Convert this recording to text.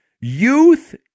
youth